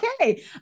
Okay